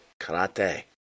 karate